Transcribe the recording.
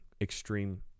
extreme